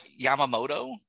Yamamoto